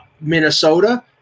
Minnesota